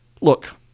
Look